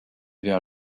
vers